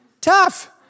Tough